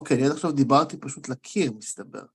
אוקיי, אני עד עכשיו דיברתי פשוט לקיר, מסתבר.